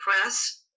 Press